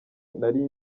nari